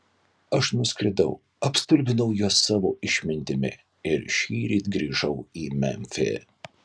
aš nuskridau apstulbinau juos savo išmintimi ir šįryt grįžau į memfį